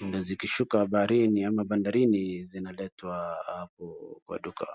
ndoo zikishuka baharini ama bandarini zinaletwa hapo kwa duka.